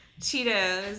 Cheetos